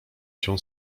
się